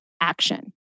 action